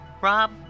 Rob